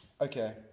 okay